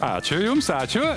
ačiū jums ačiū